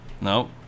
Nope